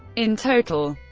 in total,